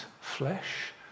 flesh